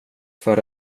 för